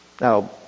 Now